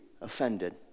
offended